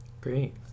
Great